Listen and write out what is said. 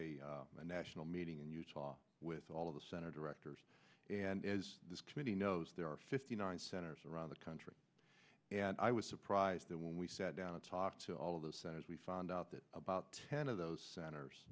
to a national meeting in utah with all of the center directors and as this committee knows there are fifty nine senators around the country and i was surprised that when we sat down to talk to all of the centers we found out that about ten of those senators